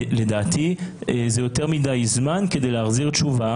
לדעתי זה יותר מדי זמן כדי לתת תשובה